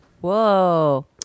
Whoa